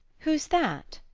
who's that?